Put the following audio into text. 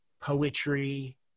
poetry